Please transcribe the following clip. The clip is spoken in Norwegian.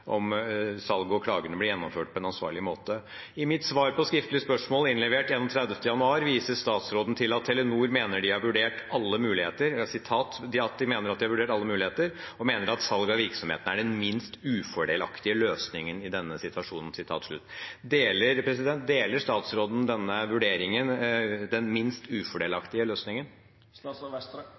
og klagene blir gjennomført på en ansvarlig måte. I svar på mitt skriftlige spørsmål innlevert 31. januar viser statsråden til at Telenor mener «de har vurdert alle muligheter og mener at et salg av virksomheten er den minst ufordelaktige løsningen i denne situasjonen». Deler statsråden vurderingen «den minst ufordelaktige løsningen»? Ja, som sagt, i